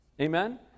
Amen